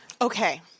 Okay